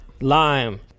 lime